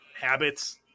habits